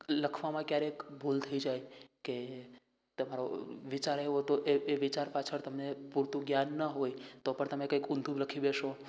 લખવામાં ક્યારેક ભૂલ થઈ જાય કે તમારો વિચાર એવો હતો એ એ વિચાર પાછળ તમને પૂરતું જ્ઞાન ન હોય તો પણ તમે કંઇક ઊંધું લખી બેસો